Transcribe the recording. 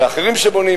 ואחרים שבונים,